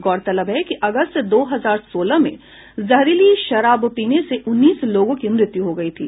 गौरतलब है कि अगस्त दो हजार सोलह में जहरीली शराब पीने से उन्नीस लोगों की मृत्यु हो गयी थी